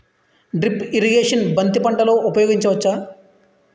Drip irrigation బంతి పంటలో ఊపయోగించచ్చ?